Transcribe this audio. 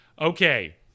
Okay